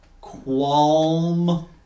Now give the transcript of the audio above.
qualm